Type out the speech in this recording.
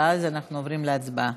ואז אנחנו עוברים להצבעה.